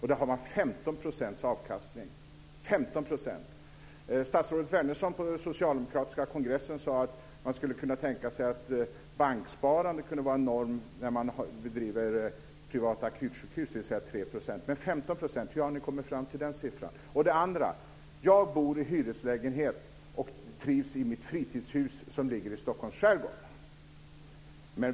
Statsrådet Wärnersson sade på den socialdemokratiska kongressen att man skulle kunna tänka sig att banksparande, dvs. 3 %, kunde vara en norm när man bedriver privata akutsjukhus. Men hur har ni kommit fram till 15 %? För det andra: Jag bor i hyreslägenhet och trivs i mitt fritidshus som ligger i Stockholms skärgård.